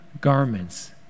garments